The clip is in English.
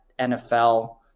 NFL